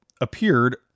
appeared